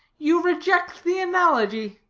you reject the analogy.